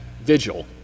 vigil